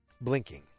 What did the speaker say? blinking